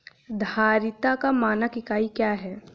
धारिता का मानक इकाई क्या है?